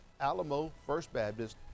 alamofirstbaptist